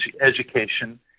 education